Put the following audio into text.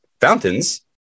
fountains